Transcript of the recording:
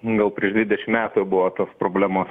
gal prieš dvidešim metų buvo tos problemos